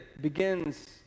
begins